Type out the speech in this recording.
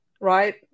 right